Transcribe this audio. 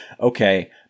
okay